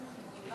תודה